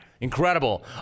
Incredible